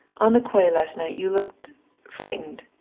on the quay last night you looked frightened.